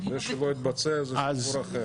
זה שלא יתבצע זה סיפור אחר.